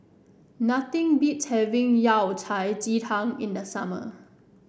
nothing beats having Yao Cai Ji Tang in the summer